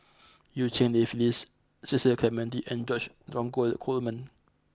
Eu Cheng Li Phyllis Cecil Clementi and George Dromgold Coleman